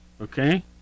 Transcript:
okay